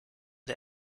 der